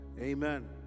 Amen